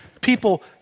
People